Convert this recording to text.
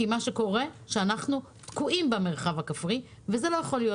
כי אנחנו תקועים במרחב הכפרי, וזה לא יכול להיות.